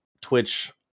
Twitch